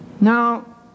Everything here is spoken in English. Now